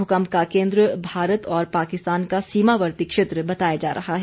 भूकम्प का केंद्र भारत और पाकिस्तान का सीमावर्ती क्षेत्र बताया जा रहा है